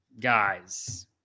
guys